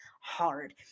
hard